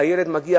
הילד מגיע,